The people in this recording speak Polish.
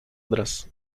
adres